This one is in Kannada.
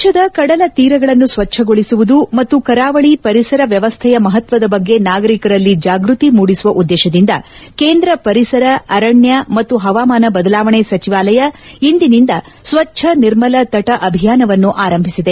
ದೇಶದ ಕಡಲ ತೀರಗಳನ್ನು ಸ್ವಜ್ಞಗೊಳಸುವುದು ಮತ್ತು ಕರಾವಳಿ ಪರಿಸರ ವ್ಯವಸ್ಥೆಯ ಮಹತ್ವದ ಬಗ್ಗೆ ನಾಗರಿಕರಲ್ಲಿ ಜಾಗೃತಿ ಮೂಡಿಸುವ ಉದ್ದೇತದಿಂದ ಕೇಂದ್ರ ಪರಿಸರ ಅರಣ್ಯ ಮತ್ತು ಪವಾಮಾನ ಬದಲಾವಣೆ ಸಚಿವಾಲಯ ಇಂದಿನಿಂದ ಸ್ವತ್ವ ನಿರ್ಮಲ ತಟ ಅಭಿಯಾನವನ್ನು ಆರಂಭಿಸಿದೆ